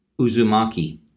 Uzumaki